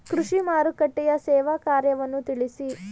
ಕೃಷಿ ಮಾರುಕಟ್ಟೆಯ ಸೇವಾ ಕಾರ್ಯವನ್ನು ತಿಳಿಸಿ?